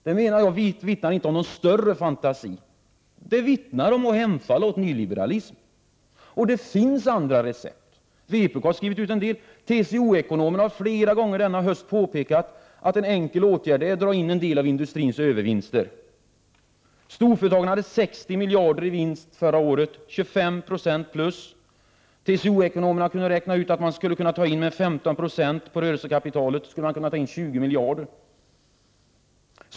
Det vittnar om att man hemfaller åt nyliberalism, och det finns andra recept. Vpk har skrivit ut några. TCO-ekonomerna har flera gånger denna höst påpekat att en enkel åtgärd är att dra in en del av industrins övervinster. Storföretagen hade 60 miljarder kronor i vinst förra året, 25 20 plus. TCO-ekonomerna kunde räkna ut att det skulle gå att ta in 15 90 på rörelsekapitalet — 20 miljarder kronor.